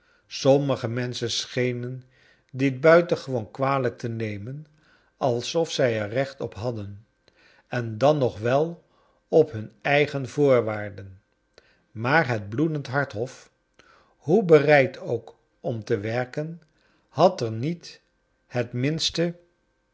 sommige menschen chenen dit buitengewoon kwalijk te nemen als of zij er recht op hadden en dan nog wel op hun eigen vo or waar den maar het bloedendhart hof hoe here id ook om te werken had er niet het minste